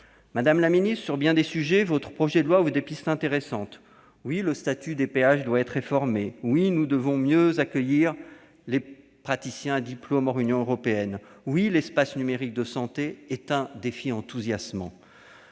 Madame la ministre, sur bien des sujets, votre projet de loi ouvre des pistes intéressantes. Oui, le statut des praticiens hospitaliers, les PH, doit être réformé. Oui, nous devons mieux accueillir les praticiens à diplôme hors Union européenne. Oui, l'espace numérique de santé est un défi enthousiasmant.